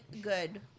good